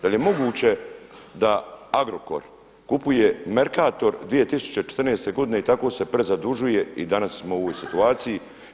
Da li je moguće da Agrokor kupuje Mercator 2014. godine i tako se prezadužuje i danas smo u ovoj situaciji.